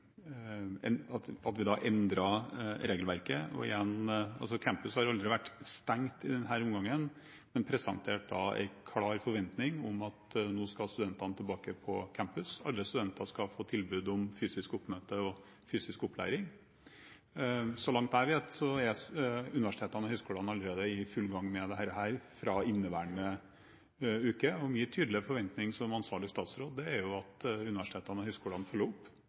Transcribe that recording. da en klar forventning om at studentene nå skal tilbake på campus. Alle studenter skal få tilbud om fysisk oppmøte og fysisk opplæring. Så langt jeg vet, er universitetene og høyskolene allerede i full gang med dette, fra inneværende uke, og min tydelige forventning som ansvarlig statsråd er at universitetene og høyskolene følger opp.